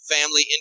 family